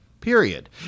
period